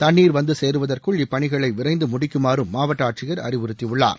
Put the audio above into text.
தண்ணீர் வந்து சேருவதற்குள் இப்பணிகளை விரைந்து முடிக்குமாறும் மாவட்ட ஆட்சியர் அறிவுறுத்தியுள்ளார்